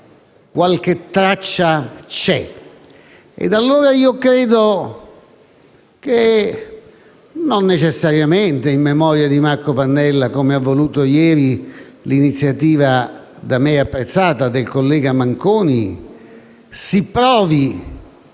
qualche traccia c'è. Ritengo pertanto che, non necessariamente in memoria di Marco Pannella, come si è voluto fare ieri con l'iniziativa da me apprezzata del collega Manconi, si provi